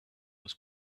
was